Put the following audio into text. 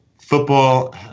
football